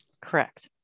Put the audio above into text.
Correct